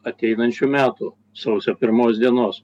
ateinančių metų sausio pirmos dienos